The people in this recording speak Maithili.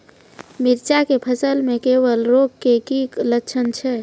मिर्ची के फसल मे कवक रोग के की लक्छण छै?